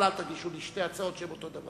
אבל אל תגישו לי שתי הצעות חוק שהן אותו הדבר.